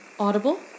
Audible